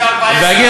24:10, בארצות-הברית.